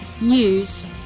news